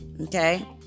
Okay